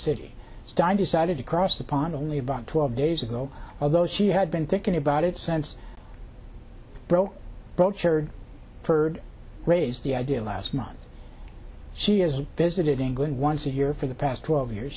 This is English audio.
city di decided to cross the pond only about twelve days ago although she had been thinking about it sense bro but shared furred raised the idea last month she has visited england once a year for the past twelve years